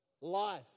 Life